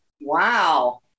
Wow